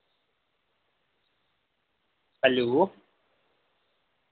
hello